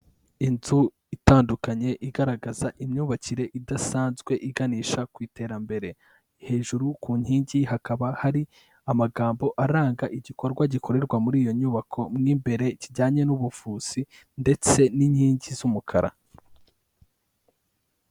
Inzu itandukanye igaragaza imyubakire idasanzwe iganisha ku iterambere, hejuru ku nkingi hakaba hari amagambo aranga igikorwa gikorerwa muri iyo nyubako mu imbere kijyanye n'ubuvuzi ndetse n'inkingi z'umukara.